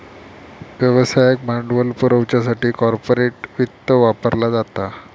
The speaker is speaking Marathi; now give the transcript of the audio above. व्यवसायाक भांडवल पुरवच्यासाठी कॉर्पोरेट वित्त वापरला जाता